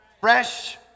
Fresh